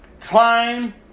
Climb